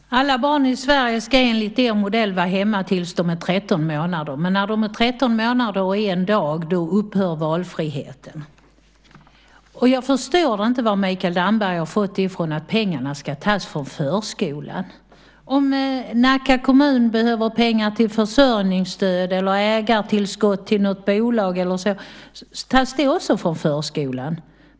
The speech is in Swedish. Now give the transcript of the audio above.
Herr talman! Alla barn i Sverige ska enligt er modell vara hemma tills de är 13 månader, men när de är 13 månader och 1 dag upphör valfriheten. Jag förstår inte var Mikael Damberg har fått det ifrån att pengarna ska tas från förskolan. Om Nacka kommun behöver pengar till försörjningsstöd eller ägartillskott till något bolag eller så, tas det också från förskolan.